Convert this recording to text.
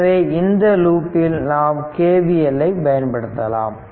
எனவே இந்த லூப்பில் நாம் KVL ஐ பயன்படுத்தலாம்